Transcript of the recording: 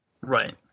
Right